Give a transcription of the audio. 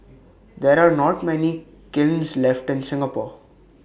there are not many kilns left in Singapore